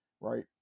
right